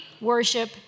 worship